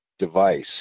device